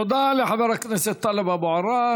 תודה לחבר הכנסת טלב אבו עראר.